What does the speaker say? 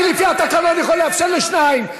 אני לפי התקנון יכול לאפשר לשניים.